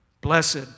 Blessed